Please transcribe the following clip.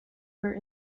were